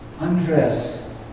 Undress